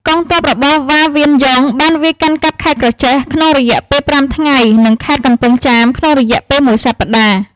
កងទ័ពរបស់ វ៉ា ង្វៀនយុង បានវាយកាន់កាប់ខេត្តក្រចេះក្នុងរយៈពេល ៥ ថ្ងៃ និងខេត្តកំពង់ចាមក្នុងរយៈពេលមួយសប្តាហ៍។